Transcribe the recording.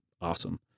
awesome